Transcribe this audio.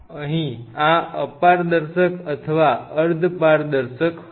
અહીં આ અપારદર્શક અથવા અર્ધપારદર્શક હતી